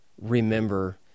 remember